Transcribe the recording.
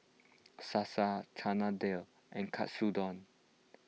Salsa Chana Dal and Katsudon